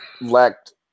lacked